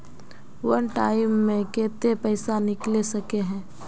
वन time मैं केते पैसा निकले सके है?